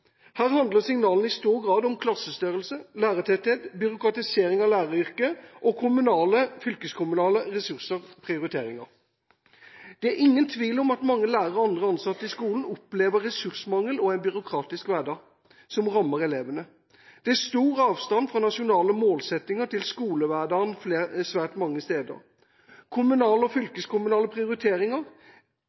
Her handler signalene i stor grad om klassestørrelse, lærertetthet, byråkratisering av læreryrket og kommunale og fylkeskommunale ressurser og prioriteringer. Det er ingen tvil om at mange lærere og andre ansatte i skolen opplever ressursmangel og en byråkratisk hverdag som rammer elevene. Det er stor avstand fra nasjonale målsettinger til skolehverdagen svært mange steder. Kommunale og fylkeskommunale prioriteringer